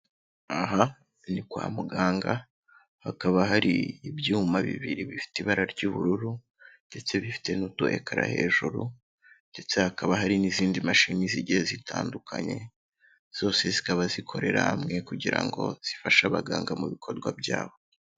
Aha ni kwa muganga, hakaba hari ibyuma bibiri bifite ibara ry'ubururu ndetse bifite n'utu ekara hejuru ndetse hakaba hari n'izindi mashini zigiye zitandukanye, zose zikaba zikorera hamwe kugira ngo zifashe abaganga mu bikorwa byabo.